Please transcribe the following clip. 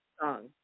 song